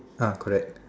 ah correct